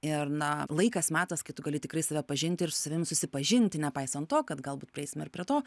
ir na laikas metas kai tu gali tikrai save pažinti ir su savimi susipažinti nepaisant to kad galbūt prieisime ir prie to